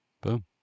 Boom